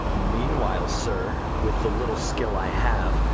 meanwhile, sir, with the little skill i have,